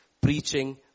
preaching